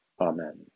Amen